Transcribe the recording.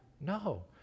No